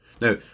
Now